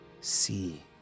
see